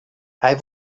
hij